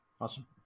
Awesome